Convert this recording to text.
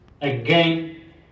Again